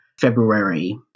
February